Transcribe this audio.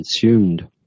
consumed